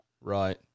Right